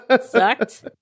Sucked